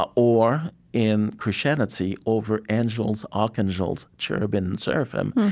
ah or in christianity, over angels, archangels, cherubim, seraphim,